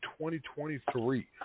2023